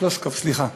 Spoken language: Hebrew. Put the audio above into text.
פלוסקוב, סליחה.